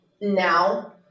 now